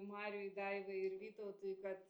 mariui daivai ir vytautui kad